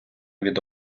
від